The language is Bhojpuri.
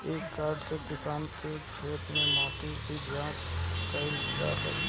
इ कार्ड से किसान के खेत के माटी के जाँच कईल जात हवे